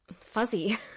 fuzzy